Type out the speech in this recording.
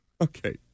Okay